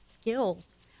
skills